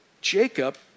Jacob